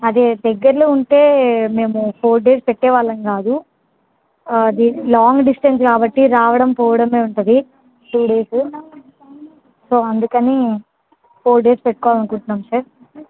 అదే దగ్గరలో ఉంటే మేము ఫోర్ డేస్ పెట్టేవాళ్ళం కాదు అది లాంగ్ డిస్టెన్స్ కాబట్టి రావడం పోవడమే ఉంటుంది టూ డేసు సో అందుకని ఫోర్ డేస్ పెట్టుకోవాలనుకుంటున్నాం సార్